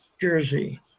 jersey